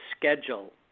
schedule